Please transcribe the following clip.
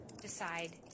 decide